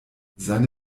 seine